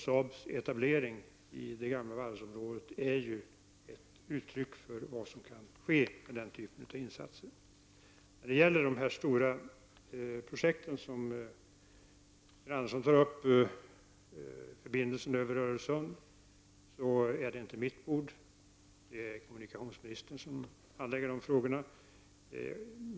Saabs etablering i det gamla varvsområdet är ett uttryck för vad som kan ske beträffande den typen av insatser. Så till de stora projekt som Sten Andersson i Malmö tar upp. Frågan om förbindelsen över Öresund tillhör dock inte mitt bord. Det är kommunikationsministern som handlägger sådana frågor.